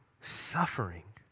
suffering